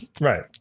Right